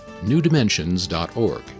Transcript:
newdimensions.org